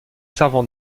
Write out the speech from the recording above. servant